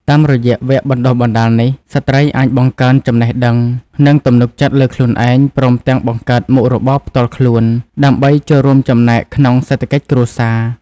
តាមរយៈវគ្គបណ្ដុះបណ្ដាលនេះ ស្ត្រីអាចបង្កើនចំណេះដឹង និងទំនុកចិត្តលើខ្លួនឯង ព្រមទាំងបង្កើតមុខរបរផ្ទាល់ខ្លួន ដើម្បីចូលរួមចំណែកក្នុងសេដ្ឋកិច្ចគ្រួសារ។